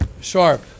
sharp